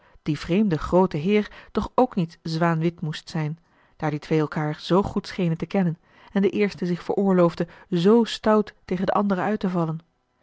de vreemde groote heer toch ook niet zwaanwit moest zijn daar die twee elkaâr zoo goed schenen te kennen en de eerste zich veroorloofde z stout tegen den andere uit te vallen